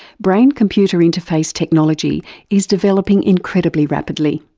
brain-computer interface technology is developing incredibly rapidly.